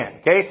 Okay